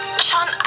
Sean